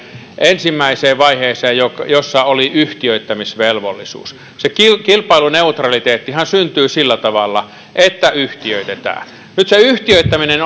ensimmäiseen vaiheeseen jossa oli yhtiöittämisvelvollisuus se kilpailuneutraliteettihan syntyy sillä tavalla että yhtiöitetään nyt se yhtiöittäminen